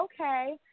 okay